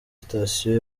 station